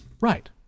Right